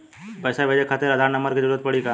पैसे भेजे खातिर आधार नंबर के जरूरत पड़ी का?